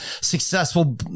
successful